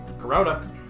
Corona